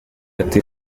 ati